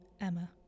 Emma